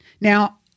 Now